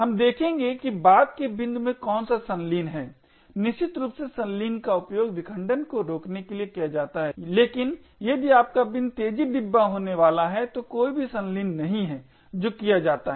हम देखेंगे कि बाद के बिंदु पर कौन सा संलीन है निश्चित रूप से संलीन का उपयोग विखंडन को रोकने के लिए किया जाता है लेकिन यदि आपका बिन तेजी डिब्बा होने वाला हैं तो कोई भी संलीन नहीं है जो किया जाता है